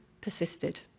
persisted